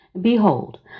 Behold